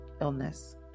illness